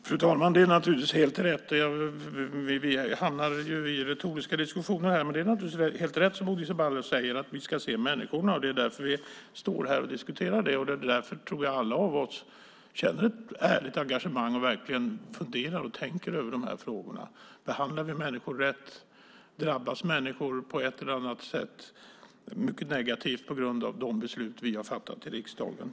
Fru talman! Vi hamnar i retoriska diskussioner här, men det är helt rätt som Bodil Ceballos säger, att vi ska se människorna. Det är därför vi står här och diskuterar. Jag tror att vi alla känner ett ärligt engagemang och verkligen funderar och tänker över de här frågorna. Behandlar vi människor rätt? Drabbas människor på ett eller annat sätt mycket negativt på grund av de beslut vi har fattat i riksdagen?